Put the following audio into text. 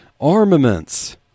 armaments